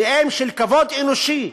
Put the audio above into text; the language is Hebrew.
תנאים של כבוד אנושי,